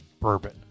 bourbon